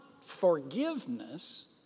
forgiveness